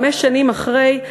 חמש שנים אחרי,